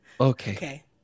Okay